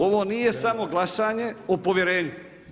Ovo nije samo glasanje o povjerenju.